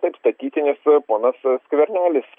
taip statytinis ponas skvernelis